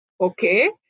Okay